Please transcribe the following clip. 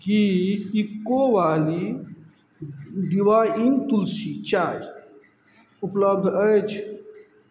की Eco Valley Divine Tulsi चाय उपलब्ध अछि